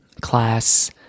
class